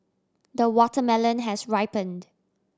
the watermelon has ripened